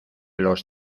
los